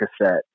cassette